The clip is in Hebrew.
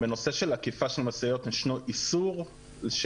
בנושא של עקיפה של משאיות ישנו איסור של